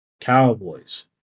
Cowboys